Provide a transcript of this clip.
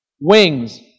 wings